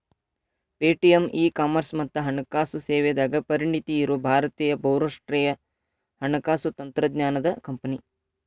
Paytm e commerce ಮತ್ತ ಹಣಕಾಸು ಸೇವೆದಾಗ ಪರಿಣತಿ ಇರೋ ಭಾರತೇಯ ಬಹುರಾಷ್ಟ್ರೇಯ ಹಣಕಾಸು ತಂತ್ರಜ್ಞಾನದ್ ಕಂಪನಿ